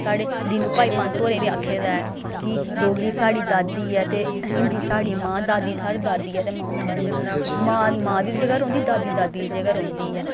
साढ़े दीनू भाई पंत होरें गी बी आक्खे दा ऐ कि डोगरी साढ़ी दादी ऐ ते हिंदी साढ़ी मां दादी थाह्र दादी ऐ ते माऊ थाह्र मां मां दी मां दी जगह रौंह्दी दादी दादी दी जगह् रौंह्दी ऐ